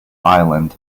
island